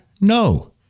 No